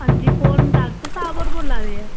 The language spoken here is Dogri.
हां जी कौन डाक्टर साह्ब होर बोला दे